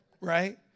Right